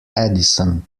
addison